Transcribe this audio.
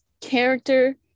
character